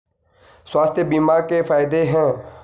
स्वास्थ्य बीमा के फायदे हैं?